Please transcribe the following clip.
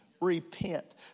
Repent